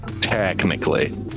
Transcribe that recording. technically